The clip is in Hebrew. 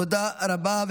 תודה רבה.